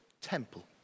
temple